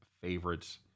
favorites